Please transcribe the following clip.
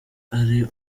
ari